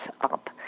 up